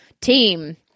team